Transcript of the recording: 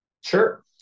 Sure